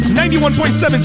91.7